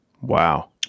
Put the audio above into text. Wow